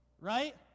Right